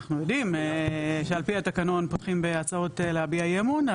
אנחנו יודעים שעל פי התקנון פותחים בהצעות להביע אי אמון,